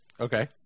Okay